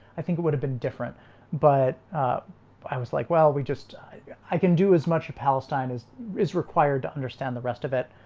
i think it would have been different but i was like, well, we just i yeah i can do as much of palestine as is required to understand the rest of it